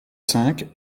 cinq